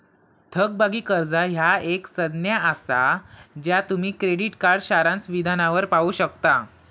थकबाकी कर्जा ह्या एक संज्ञा असा ज्या तुम्ही क्रेडिट कार्ड सारांश विधानावर पाहू शकता